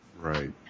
Right